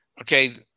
Okay